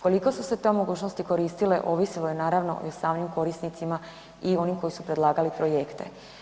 Koliko su se te mogućnosti koristile ovisilo je naravno i o samim korisnicama i onim koji su predlagali projekte.